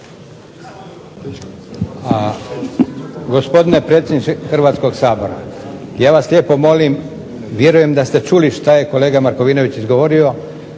Gospodine predsjedniče Hrvatskog sabora, ja vas lijepo molim, vjerujem da ste čuli šta je kolega Markovinović izgovorio,